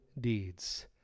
deeds